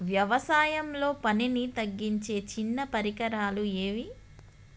వ్యవసాయంలో పనిని తగ్గించే చిన్న పరికరాలు ఏవి?